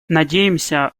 надеемся